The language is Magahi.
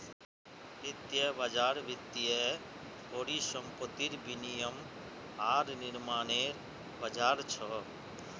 वित्तीय बज़ार वित्तीय परिसंपत्तिर विनियम आर निर्माणनेर बज़ार छ